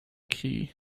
key